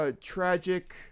tragic